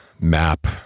map